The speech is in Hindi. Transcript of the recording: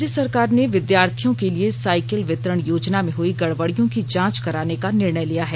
राज्य सरकार ने विद्यार्थियों के लिए साइकिल वितरण योजना में हुई गड़बड़ियों की जांच कराने का निर्णय लिया है